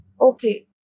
okay